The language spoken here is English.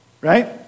right